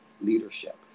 leadership